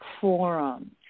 forum